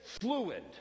fluid